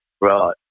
Right